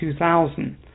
2000